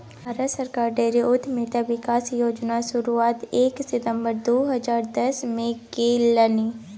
भारत सरकार डेयरी उद्यमिता विकास योजनाक शुरुआत एक सितंबर दू हजार दसमे केलनि